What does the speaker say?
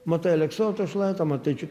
matai aleksoto šlaitą matai čia